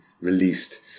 released